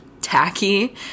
tacky